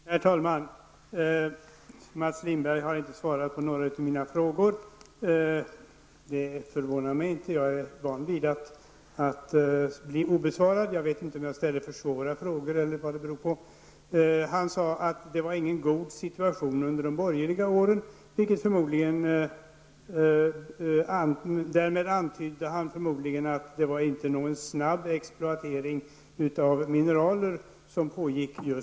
Herr talman! Mats Lindberg har inte svarat på någon av mina frågor. Det förvånar mig inte, för jag är van vid att de blir obesvarade. Jag vet inte om jag ställde för svåra frågor eller vad det kan bero på. Mats Lindberg sade att det inte var någon god situation under de borgerliga åren. Därmed antydde han förmodligen att det inte var någon snabb exploatering av mineraler som pågick då.